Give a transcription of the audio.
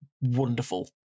wonderful